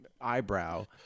eyebrow